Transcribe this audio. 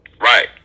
Right